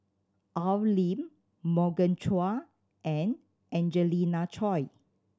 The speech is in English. Al Lim Morgan Chua and Angelina Choy